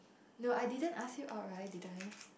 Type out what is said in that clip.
no I didn't ask you out right did I